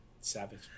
savage